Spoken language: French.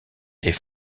est